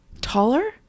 Taller